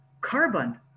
carbon